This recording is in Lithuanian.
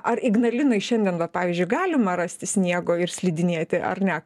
ar ignalinoj šiandien va pavyzdžiui galima rasti sniego ir slidinėti ar ne